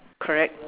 correct